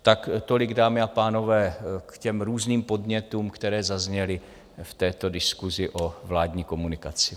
Tak tolik, dámy a pánové, k různým podnětům, které zazněly v této diskusi o vládní komunikaci.